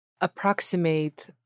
approximate